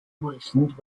worsened